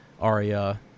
Arya